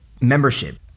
membership